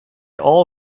all